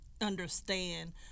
understand